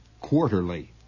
quarterly